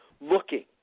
looking